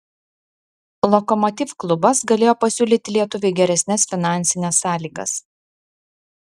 lokomotiv klubas galėjo pasiūlyti lietuviui geresnes finansines sąlygas